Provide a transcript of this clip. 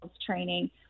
training